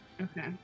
Okay